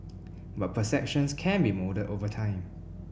but perceptions can be moulded over time